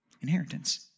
Inheritance